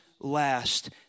last